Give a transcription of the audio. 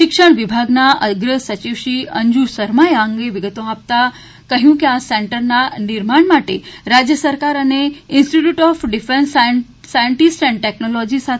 શિક્ષણ વિભાગના અગ્ર સચિવ શ્રી અંજુ શર્માએ આ અંગે વિગતો આપતા કહ્યું હતું કે આ સેન્ટરના નિર્માણ માટે રાજ્ય સરકાર ઇન્સ્ટિટ્યૂટ ઓફ ડિફેન્સ સાયન્ટિસ્ટ અને ટેકનોલોજીસ્ટ આઇ